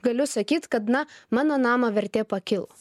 galiu sakyt kad na mano namo vertė pakilo